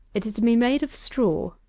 it is to be made of straw,